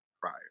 prior